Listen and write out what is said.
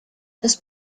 das